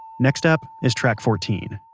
next up is track fourteen.